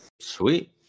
Sweet